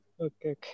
Okay